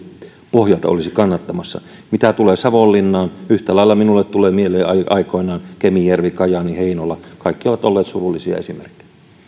pohjalta olisi kannattamassa mitä tulee savonlinnaan yhtä lailla minulle tulee mieleen kemijärvi kajaani heinola aikoinaan kaikki ovat olleet surullisia esimerkkejä